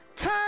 Turn